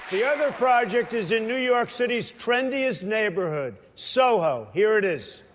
the other project is in new york city's trendiest neighborhood soho. here it is